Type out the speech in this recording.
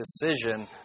decision